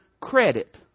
Credit